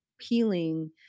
healing